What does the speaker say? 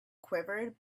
quivered